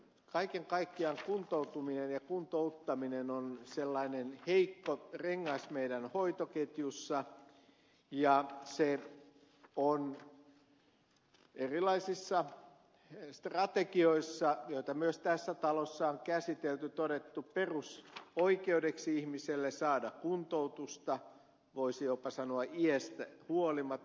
kaiken kaikkiaan kuntoutuminen ja kuntouttaminen on sellainen heikko rengas meidän hoitoketjussamme ja on erilaisissa strategioissa joita myös tässä talossa on käsitelty todettu perusoikeudeksi ihmiselle saada kuntoutusta voisi jopa sanoa iästä huolimatta